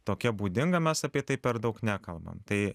tokia būdinga mes apie tai per daug nekalbam tai